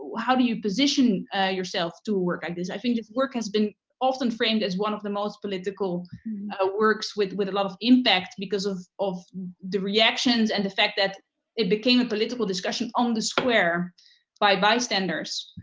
how do you position yourself to work like this? i think this work has been often framed as one of the most political ah works with with a lot of impact because of of the reactions and the fact that it became a political discussion on the square by bystanders.